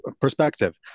perspective